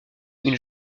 une